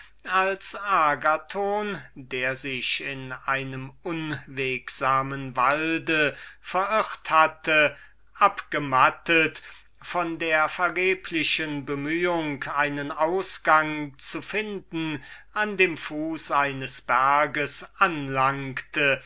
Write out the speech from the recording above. als agathon der sich in einem unwegsamen walde verirret hatte von der vergeblichen bemühung einen ausgang zu finden abgemattet an dem fuß eines berges anlangte